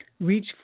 Reach